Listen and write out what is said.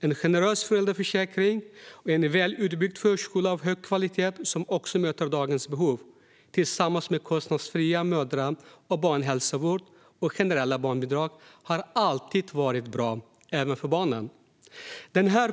En generös föräldraförsäkring och en välutbyggd förskola av hög kvalitet som möter dagens behov har tillsammans med kostnadsfri mödra och barnhälsovård och generella barnbidrag alltid varit bra, även för barnen.